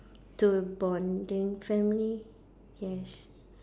to bonding family yes